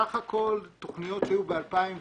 סך הכול תוכניות היו ב-2010.